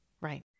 Right